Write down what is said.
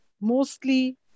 mostly